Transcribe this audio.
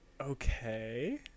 Okay